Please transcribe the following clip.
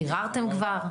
ביררתם כבר?